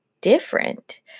different